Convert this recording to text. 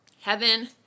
Heaven